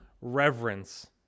reverence